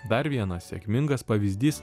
dar vienas sėkmingas pavyzdys